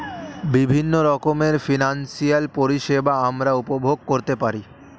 বিভিন্ন রকমের ফিনান্সিয়াল পরিষেবা আমরা উপভোগ করতে পারি